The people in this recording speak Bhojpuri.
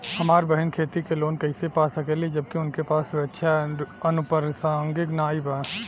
हमार बहिन खेती के लोन कईसे पा सकेली जबकि उनके पास सुरक्षा या अनुपरसांगिक नाई बा?